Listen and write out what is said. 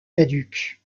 caduques